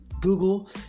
Google